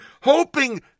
hoping